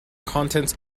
contents